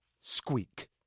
Squeak